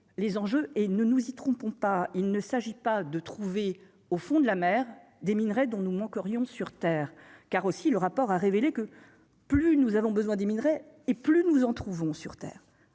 les enjeux et ne nous y trompons pas, il ne s'agit pas de trouver au fond de la mer des minerais dont nous manquerions sur terre car aussi le rapport a révélé que plus nous avons besoin des minerais et plus nous en trouvons sur terre,